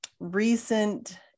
recent